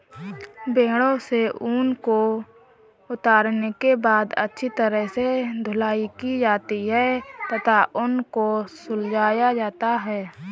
भेड़ों से ऊन को उतारने के बाद अच्छी तरह से धुलाई की जाती है तथा ऊन को सुलझाया जाता है